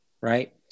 right